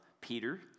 Peter